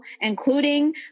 including